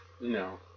No